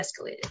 escalated